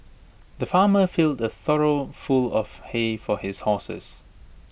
the farmer filled A trough full of hay for his horses